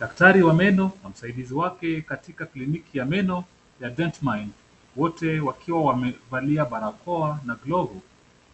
Daktari wa meno na msaidizi wake katika kliniki ya meno ya Dentmine, wote wakiwa wamevalia barakoa na glovu